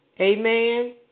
Amen